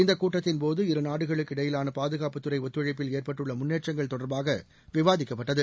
இந்தக் கூட்டத்தின்போது இருநாடுகளுக்கு இடையிலான பாதுகாப்புத் துறை ஒத்துழைப்பில் ஏற்பட்டுள்ள முன்னேற்றங்கள் தொடர்பாக விவாதிக்கப்பட்டது